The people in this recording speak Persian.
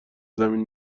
زمین